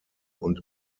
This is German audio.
und